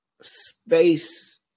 space